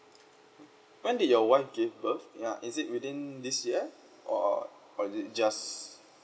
when did your wife gave birth ya is it within this year or is it just